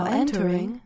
entering